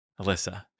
Alyssa